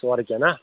سورُے کینٛہہ نا